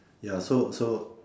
ya so so